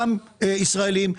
גם ישראלים,